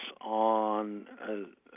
on